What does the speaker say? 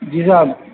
جی صاحب